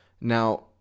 Now